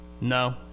No